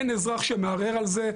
אין אזרח שמערער על זה.